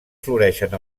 floreixen